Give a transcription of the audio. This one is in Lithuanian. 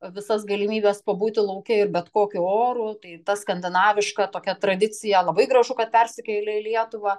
visas galimybės pabūti lauke ir bet kokiu oru tai ta skandinaviška tokia tradicija labai gražu kad persikėlė į lietuvą